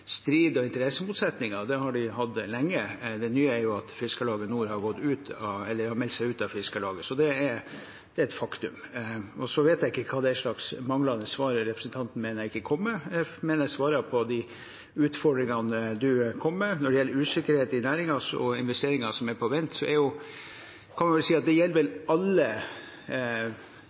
strid og interessemotsetninger. Det har de hatt lenge. Det nye er at noen har meldt seg ut av Fiskarlaget – det er et faktum. Så vet jeg ikke hva det er slags manglende svar representanten Myrseth mener jeg ikke kom med. Jeg mener jeg svarer på de utfordringene hun kommer med. Når det gjelder usikkerheten i næringen, og investeringer som er på vent, kan vi vel si at det er noe som gjelder stort sett alle